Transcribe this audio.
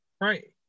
Right